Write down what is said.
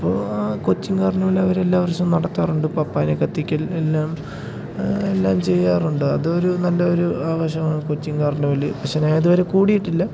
അപ്പോൾ ആ കൊച്ചിൻ കാർണിവൽ അവരെല്ലാ വർഷവും നടത്താറുണ്ട് പപ്പയിനെ കത്തിക്കൽ എല്ലാം എല്ലാം ചെയ്യാറുണ്ട് അതൊരു നല്ലൊരു ആവേശമാണ് കൊച്ചിൻ കാർണിവല് പക്ഷേ ഞാനിതുവരെ കൂടിയിട്ടില്ല